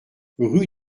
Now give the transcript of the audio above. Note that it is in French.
rue